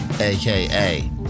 aka